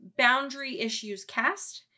BoundaryIssuesCast